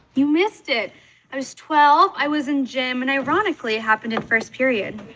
you missed it. i was twelve. i was in gym and ironically it happened at first period.